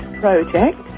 project